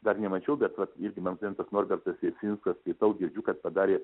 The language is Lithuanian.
dar nemačiau bet vat irgi mano studentas norbertas jasinskas skaitau girdžiu kad padarė